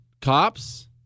Cops